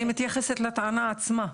אני מתייחסת לטענה עצמה.